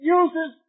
uses